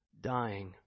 dying